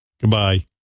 Goodbye